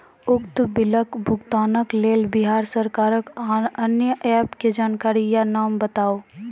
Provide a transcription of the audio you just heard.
उक्त बिलक भुगतानक लेल बिहार सरकारक आअन्य एप के जानकारी या नाम बताऊ?